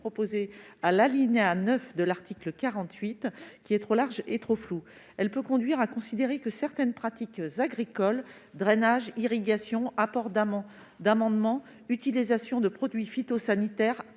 proposée à l'alinéa 9 de l'article 48 est trop large et trop floue. Elle peut conduire à considérer que certaines pratiques agricoles- drainage, irrigation, apport d'amendements, utilisation de produits phytosanitaires